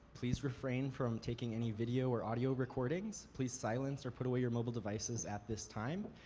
please refrain from taking any video or audio recordings, please silence or put away your mobile devices at this time.